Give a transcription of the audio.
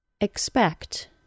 expect